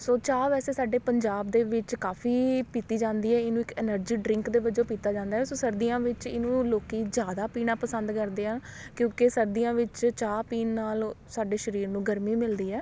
ਸੋ ਚਾਹ ਵੈਸੇ ਸਾਡੇ ਪੰਜਾਬ ਦੇ ਵਿੱਚ ਕਾਫੀ ਪੀਤੀ ਜਾਂਦੀ ਹੈ ਇਹਨੂੰ ਇੱਕ ਐਨਰਜੀ ਡ੍ਰਿੰਕ ਦੇ ਵਜੋਂ ਪੀਤਾ ਜਾਂਦਾ ਸੋ ਸਰਦੀਆਂ ਵਿੱਚ ਇਹਨੂੰ ਲੋਕੀਂ ਜ਼ਿਆਦਾ ਪੀਣਾ ਪਸੰਦ ਕਰਦੇ ਹੈ ਕਿਉਂਕਿ ਸਰਦੀਆਂ ਵਿੱਚ ਚਾਹ ਪੀਣ ਨਾਲ ਸਾਡੇ ਸਰੀਰ ਨੂੰ ਗਰਮੀ ਮਿਲਦੀ ਹੈ